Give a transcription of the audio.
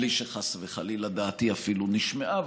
בלי שחס וחלילה דעתי אפילו נשמעה,